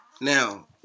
Now